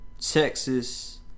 Texas